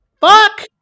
Fuck